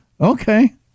Okay